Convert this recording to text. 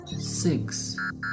Six